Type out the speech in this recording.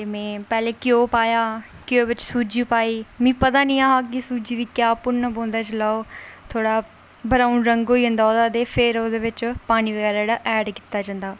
ते में पैह्लें घ्योऽ पाया घ्योऽ बिच सूजी पाई मिगी पता निहा कि क्या सूजी गी भुन्नना पौंदा ओह् थोह्ड़ा ब्राऊन रंग होई जंदा ओह्दा ते फिर ओह्दे बिच पानी बगैरा जेह्ड़ा एड कीता जंदा